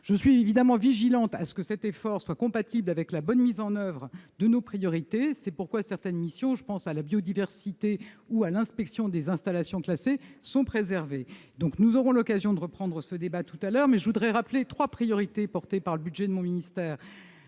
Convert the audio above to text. Je veille évidemment à ce que cet effort soit compatible avec la bonne mise en oeuvre de nos priorités. C'est pourquoi certaines missions, comme la biodiversité ou l'inspection des installations classées, sont préservées. Avant que nous en débattions tout à l'heure, je voudrais rappeler trois priorités portées par le budget de mon ministère.